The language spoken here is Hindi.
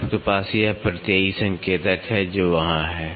तो आपके पास यह प्रत्ययी संकेतक है जो वहां है